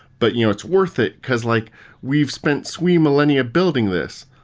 but you know it's worth it, because like we've spent three millennia building this.